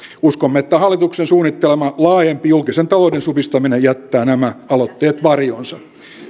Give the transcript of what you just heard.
uskomme että hallituksen suunnittelema laajempi julkisen talouden supistaminen jättää nämä aloitteet varjoonsa